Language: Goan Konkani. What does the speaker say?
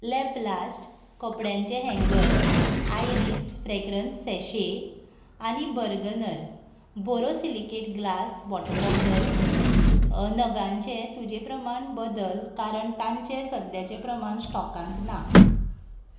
लॅपलास्ट कपड्यांचे हँगर्स आयरीस फ्रेग्रन्स सॅशे आनी Bergner borosilicate glass water bottle नगांचें तुजे प्रमाण बदल कारण तांचे सद्याचे प्रमाण स्टॉकांत ना